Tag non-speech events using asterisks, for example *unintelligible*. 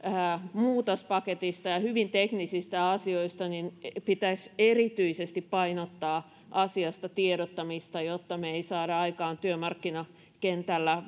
muutospaketista ja ja hyvin teknisistä asioista niin pitäisi erityisesti painottaa asiasta tiedottamista jotta me emme saa aikaan työmarkkinakentällä *unintelligible*